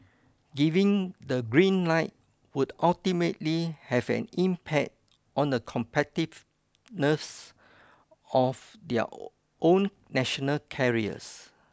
giving the green light would ultimately have an impact on the competitiveness of their own national carriers